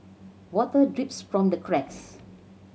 water drips from the cracks